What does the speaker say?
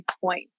point